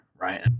right